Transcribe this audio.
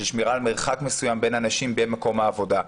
של שמירה על מרחק מסוים בין אנשים במקום עבודה,